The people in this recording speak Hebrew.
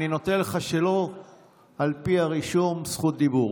אני נותן לך, שלא על פי הרישום, זכות דיבור.